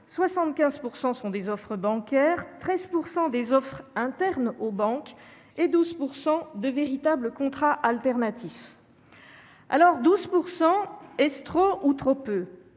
75 % sont des offres bancaires, 13 % des offres internes aux banques et 12 % de véritables contrats alternatifs. La question se pose : 12 %, est-ce trop ou trop peu ?